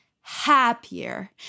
happier